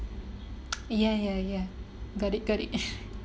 ya ya ya got it got it